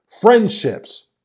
friendships